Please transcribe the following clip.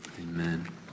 Amen